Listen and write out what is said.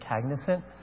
cognizant